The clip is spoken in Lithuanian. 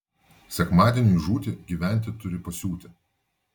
sekmadieniui žūti gyventi turi pasiūti